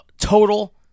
total